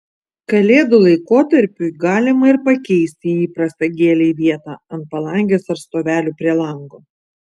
kalėdų laikotarpiui galima ir pakeisti įprastą gėlei vietą ant palangės ar stovelių prie lango